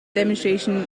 demonstration